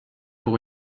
pour